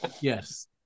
Yes